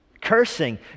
cursing